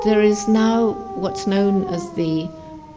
there is not what's known as the